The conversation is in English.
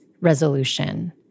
resolution